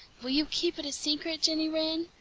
will you keep it a secret, jenny wren?